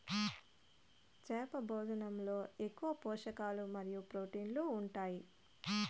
చేప భోజనంలో ఎక్కువగా పోషకాలు మరియు ప్రోటీన్లు ఉంటాయి